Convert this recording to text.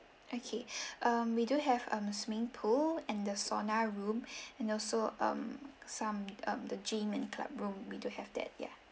okay um we do have um swimming pool and the sauna room and also um some um the gym and club room we do have that yeah